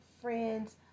friends